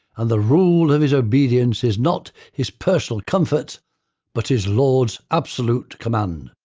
and the rule of his obedience is not his personal comfort but his lord's absolute command.